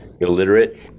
illiterate